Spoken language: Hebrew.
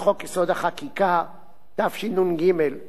התשנ"ג 1993,